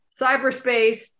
cyberspace